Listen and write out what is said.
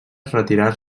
retirar